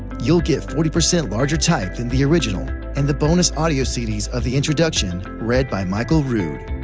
you'll get forty percent larger type than the original, and the bonus audio cds of the introduction read by michael rood.